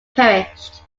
perished